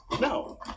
No